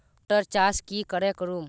Motor चास की करे करूम?